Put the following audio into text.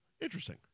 Interesting